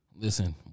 listen